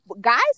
guys